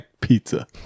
pizza